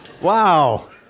Wow